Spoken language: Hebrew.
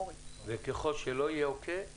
וככל שלא יהיה אוקיי אני